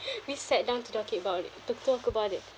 we sat down to talk it about it to talk about it